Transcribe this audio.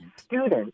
students